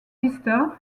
vista